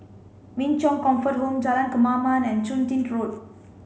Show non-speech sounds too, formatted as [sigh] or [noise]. Min Chong Comfort Home Jalan Kemaman and Chun Tin [unintelligible]